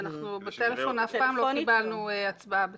אף פעם לא קיבלנו הצבעה בטלפון.